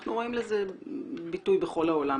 ואנחנו רואים לזה ביטוי בכל העולם,